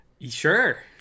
Sure